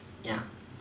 ya